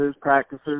practices